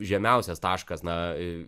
žemiausias taškas na